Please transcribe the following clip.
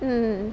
mm